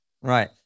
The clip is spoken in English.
Right